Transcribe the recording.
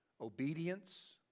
obedience